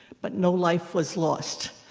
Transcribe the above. but no life was lost.